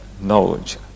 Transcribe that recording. knowledge